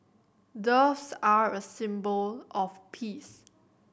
doves are a symbol of peace